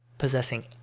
possessing